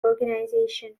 organization